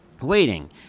waiting